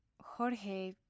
Jorge